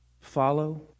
Follow